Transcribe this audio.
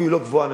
אפילו לא גבוה.